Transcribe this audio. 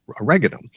oregano